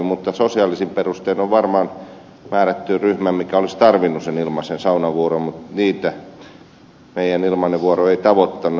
mutta sosiaalisin perustein on varmaan määrätty ryhmä mikä olisi tarvinnut sen ilmaisen saunavuoron mutta niitä meidän ilmainen vuoromme ei tavoittanut